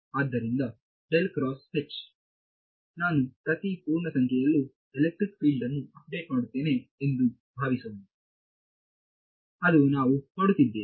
ಆದ್ದರಿಂದ ನಾನು ಪ್ರತಿ ಪೂರ್ಣಸಂಖ್ಯೆಯಲ್ಲೂ ಎಲೆಕ್ಟ್ರಿಕ್ ಫೀಲ್ಡ್ ನ್ನು ಅಪ್ಡೇಟ್ ಮಾಡುತ್ತೇನೆ ಎಂದು ಭಾವಿಸೋಣ ಅದು ನಾವು ಮಾಡುತ್ತಿದ್ದೇವೆ